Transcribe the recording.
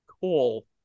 Cool